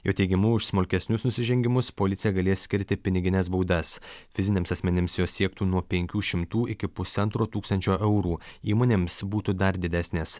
jo teigimu už smulkesnius nusižengimus policija galės skirti pinigines baudas fiziniams asmenims jos siektų nuo penkių šimtų iki pusantro tūkstančio eurų įmonėms būtų dar didesnės